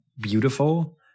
beautiful